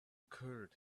occurred